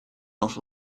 not